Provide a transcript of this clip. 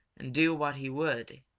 and do what he would,